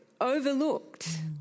overlooked